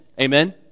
Amen